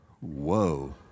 Whoa